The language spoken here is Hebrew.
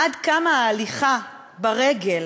עד כמה ההליכה ברגל